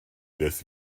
this